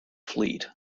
fleet